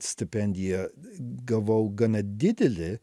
stipendiją gavau gana didelį